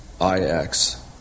I-X